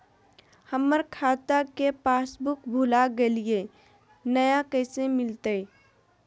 हमर खाता के पासबुक भुला गेलई, नया कैसे मिलतई?